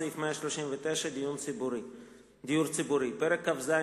סעיף 139 (דיור ציבורי); פרק כ"ז,